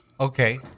Okay